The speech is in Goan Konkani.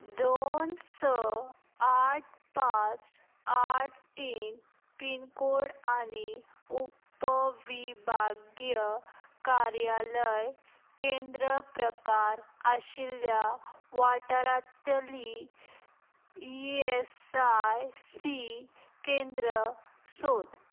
दोन स आठ पांच आट टीन पिनकोड आनी उपविभागीय कार्यालय केंद्र प्रकार आशिल्ल्या वाठारांतली ई एस आय सी केंद्र सोद